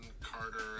Carter